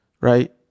Right